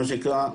מה שנקרה,